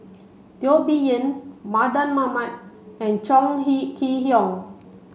Teo Bee Yen Mardan Mamat and Chong Kee Hiong